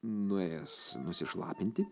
nuėjęs nusišlapinti